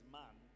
man